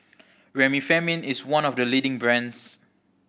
Remifemin is one of the leading brands